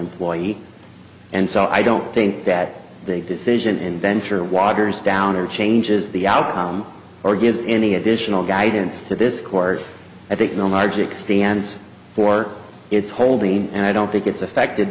employee and so i don't think that the decision in venture waters down or changes the outcome or gives any additional guidance to this court i think no magic stands for its holding and i don't think it's affected